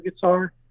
guitar